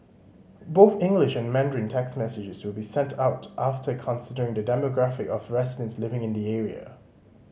both English and Mandarin text messages will be sent out after considering the demographic of residents living in the area